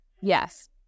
Yes